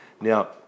Now